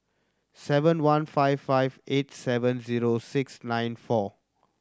seven one five five eight seven zero six nine four